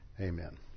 amen